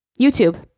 youtube